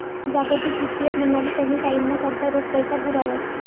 जागतिक वित्तीय प्रणाली कमी टाईमना करता रोख पैसा पुरावस